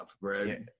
right